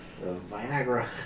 Viagra